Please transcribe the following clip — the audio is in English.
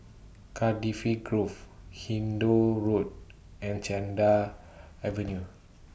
Cardifi Grove Hindoo Road and Cedar Avenue